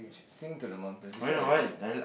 sing to the mountain describe the